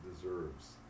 deserves